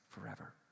forever